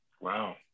wow